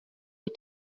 les